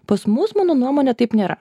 pas mus mano nuomone taip nėra